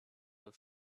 was